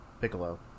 Piccolo